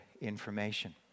information